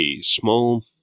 small